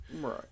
Right